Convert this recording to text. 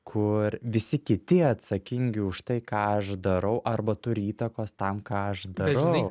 kur visi kiti atsakingi už tai ką aš darau arba turi įtakos tam ką aš darau